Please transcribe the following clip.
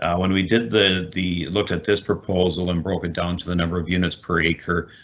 when we did the the look at this proposal in broken down to the number of units per acre,